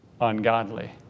ungodly